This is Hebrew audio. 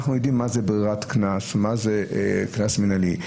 אנחנו יודעים מה זה ברירת קנס ומה זה קנס מינהלי.